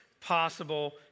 possible